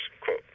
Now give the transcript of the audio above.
quote